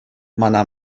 мана